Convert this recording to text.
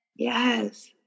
Yes